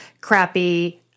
crappy